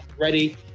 ready